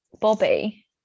Bobby